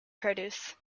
produce